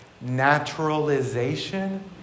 naturalization